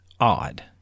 odd